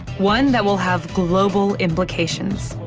one that will have global implications.